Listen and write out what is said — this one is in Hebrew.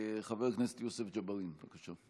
חבר הכנסת יוסף ג'בארין, בבקשה.